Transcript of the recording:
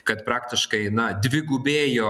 kad praktiškai na dvigubėjo